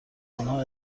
آنها